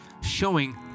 showing